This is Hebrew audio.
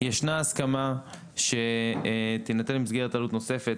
ישנה הסכמה שתינתן מסגרת עלות נוספת